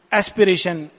aspiration